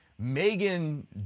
Megan